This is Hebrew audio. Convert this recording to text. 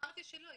אמרתי שלא.